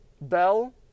Bell